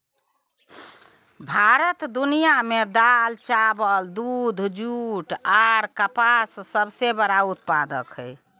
भारत दुनिया में दाल, चावल, दूध, जूट आर कपास के सबसे बड़ा उत्पादक हय